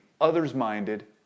others-minded